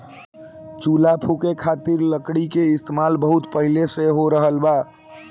चूल्हा फुके खातिर लकड़ी के इस्तेमाल बहुत पहिले से हो रहल बा